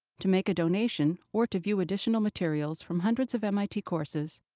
to make a donation or to view additional materials from hundreds of mit courses,